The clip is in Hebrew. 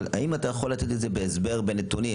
האם אתה יכול לתת את ההסבר בנתונים?